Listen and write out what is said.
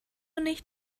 nicht